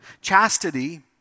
Chastity